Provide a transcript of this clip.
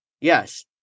Yes